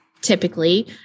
typically